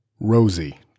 Rosie